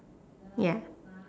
ya